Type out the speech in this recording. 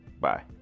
Bye